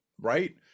right